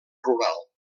rural